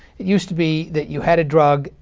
it used to be that you had a drug,